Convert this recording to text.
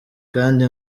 kandi